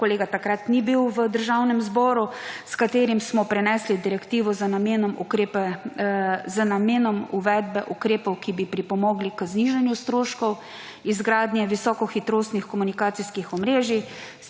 kolega takrat ni bil v Državnem zboru ‒, s katerim smo prenesli direktivo z namenom uvedbe ukrepov, ki bi pripomogli k znižanju stroškov izgradnje visokohitrostnih komunikacijskih omrežij.